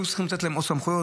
היו צריכים לתת להם עוד סמכויות.